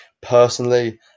Personally